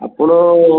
ଆପଣ